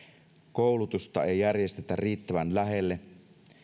koulutusta ei järjestetä riittävän lähelle